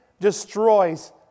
destroys